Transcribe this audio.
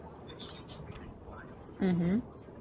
mmhmm